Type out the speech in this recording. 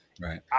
Right